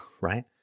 Right